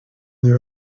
their